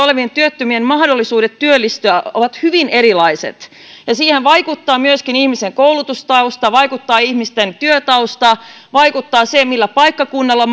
olevien työttömien mahdollisuudet työllistyä ovat hyvin erilaiset siihen vaikuttaa myöskin ihmisen koulutustausta vaikuttaa ihmisen työtausta vaikuttaa se millä paikkakunnalla